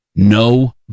no